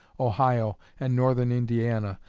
ohio, and northern indiana,